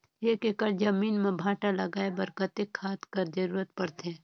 एक एकड़ जमीन म भांटा लगाय बर कतेक खाद कर जरूरत पड़थे?